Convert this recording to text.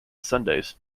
sundays